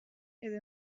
edo